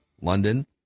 London